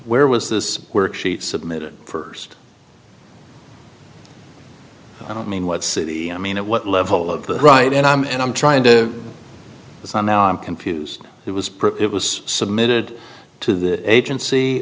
where was this where she submitted first i don't mean what city i mean at what level of the right and i'm and i'm trying to listen now i'm confused it was pretty it was submitted to the agency